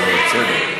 אבל בסדר.